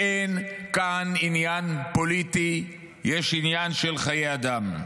אין כאן עניין פוליטי, יש עניין של חיי אדם.